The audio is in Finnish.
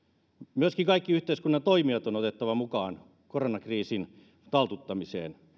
myöskin kaikki yhteiskunnan toimijat on otettava mukaan koronakriisin taltuttamiseen